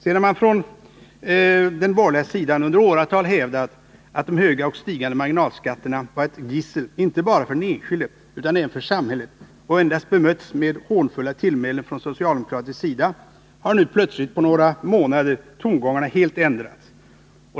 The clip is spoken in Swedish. Sedan man från den borgerliga sidan i åratal hävdat att de höga och stigande marginalskatterna var ett gissel inte bara för den enskilde utan även för samhället och endast bemötts med hånfulla tillmälen från socialdemokratiskt håll, har nu plötsligt på några månader tongångarna helt ändrats.